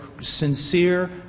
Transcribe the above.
sincere